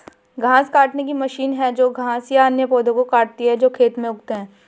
घास काटने की मशीन है जो घास या अन्य पौधों को काटती है जो खेत में उगते हैं